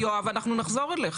יואב, אנחנו נחזור לשאלה שלך.